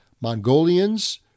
Mongolians